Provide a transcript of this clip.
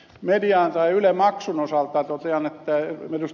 media tai yle maksun osalta totean että kun ed